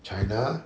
china